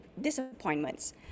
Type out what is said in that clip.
disappointments